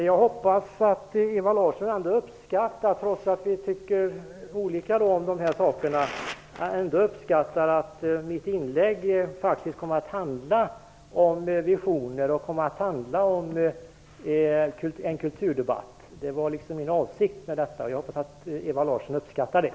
Herr talman! Jag hoppas att Ewa Larsson, trots att vi tycker olika om dessa saker, ändå uppskattar att mitt inlägg faktiskt kom att handla om visioner och kulturdebatten. Det var min avsikt, och jag hoppas att Ewa Larsson uppskattar det.